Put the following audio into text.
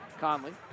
Conley